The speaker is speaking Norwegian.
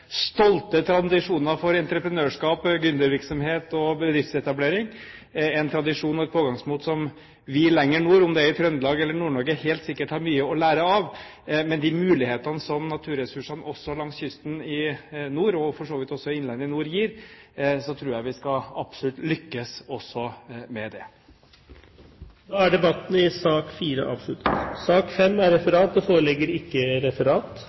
stolte tradisjoner for entreprenørskap, gründervirksomhet og bedriftsetablering, en tradisjon og et pågangsmot som vi lenger nord, om det er i Trøndelag eller i Nord-Norge, helt sikkert har mye å lære av. Men med de mulighetene som naturressursene langs kysten i nord, og for så vidt også innlandet i nord, gir, tror jeg vi absolutt vil lykkes med det. Debatten i sak nr. 4 er avsluttet. Det foreligger ikke noe referat.